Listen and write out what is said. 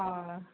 অঁ